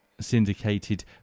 syndicated